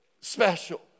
special